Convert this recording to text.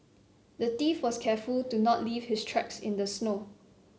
the thief was careful to not leave his tracks in the snow